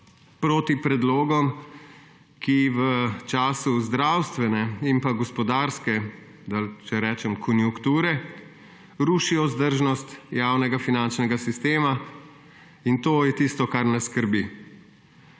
proti predlogom, ki v času zdravstvene in gospodarske, če rečem, konjunkture rušijo vzdržnost javnega finančnega sistema, in to je tisto, kar nas skrbi.